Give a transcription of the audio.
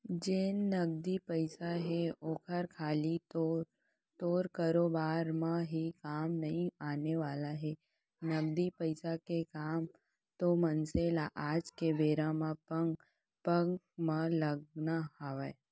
जेन नगदी पइसा हे ओहर खाली तोर कारोबार म ही काम नइ आने वाला हे, नगदी पइसा के काम तो मनसे ल आज के बेरा म पग पग म लगना हवय